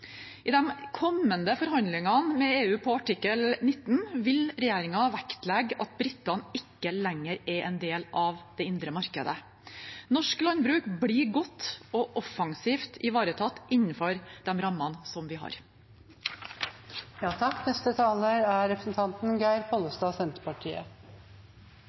I de kommende forhandlingene med EU etter artikkel 19 vil regjeringen vektlegge at britene ikke lenger er en del av det indre markedet. Norsk landbruk blir godt og offensivt ivaretatt innenfor de rammene vi har. I debattar om marknadstilgang, frihandel, forhandlingar mellom Noreg og EU er